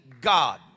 God